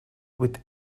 with